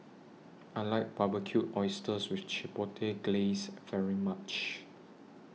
I like Barbecued Oysters with Chipotle Glaze very much